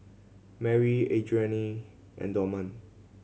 Marry Adrianne and Dorman